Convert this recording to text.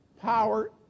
power